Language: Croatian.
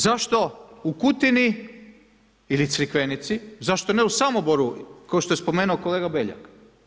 Zašto u Kutini ili Crikvenici, zašto ne u Samoboru kao što je spomenuo kolega Beljak.